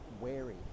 wary